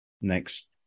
next